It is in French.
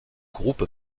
groupe